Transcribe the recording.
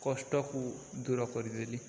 କଷ୍ଟକୁ ଦୂର କରି ଦେଲି